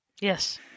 Yes